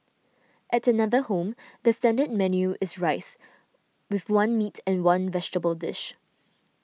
at another home the standard menu is rice with one meat and one vegetable dish